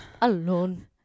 alone